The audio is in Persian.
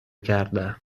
کردم